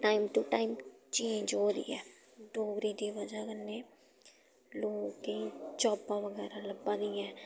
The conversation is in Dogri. टाइम टू टाइम चेंज होआ दी ऐ डोगरी दी ब'जा कन्नै लोकें गी जाबां बगैरा लब्भा दियां ऐं